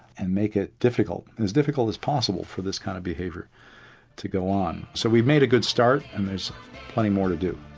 and make it difficult, and as difficult as possible for this kind of behaviour to go on. so we made a good start and there's plenty more to do.